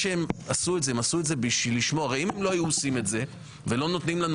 היו עושים את זה ולא היו נותנים לנו